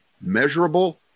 measurable